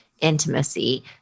intimacy